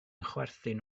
chwerthin